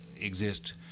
exist